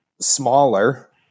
smaller